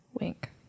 Wink